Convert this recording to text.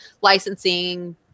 licensing